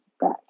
back